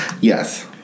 Yes